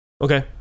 okay